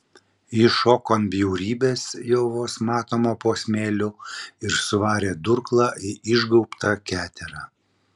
ji šoko ant bjaurybės jau vos matomo po smėliu ir suvarė durklą į išgaubtą keterą